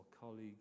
colleagues